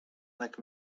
like